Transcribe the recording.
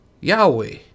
Yahweh